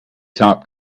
top